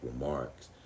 remarks